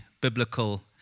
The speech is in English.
biblical